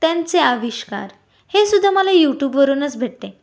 त्यांचे आविष्कार हे सुद्धा मला यूटूबवरूनच भेटते